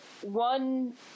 one